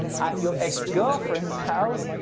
at your ex-girlfriend's house,